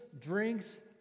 drinks